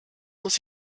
muss